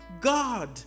God